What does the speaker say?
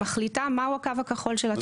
שמחליטה מה הוא הקו הכחול של התוכנית.